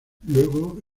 luego